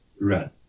run